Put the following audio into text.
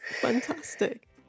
Fantastic